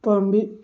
ꯎꯄꯥꯝꯕꯤ